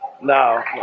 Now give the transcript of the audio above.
No